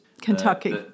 Kentucky